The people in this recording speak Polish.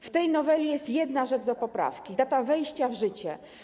W tej noweli jest jedna rzecz do poprawki: data wejścia w życie.